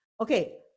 okay